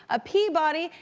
a peabody,